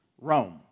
Rome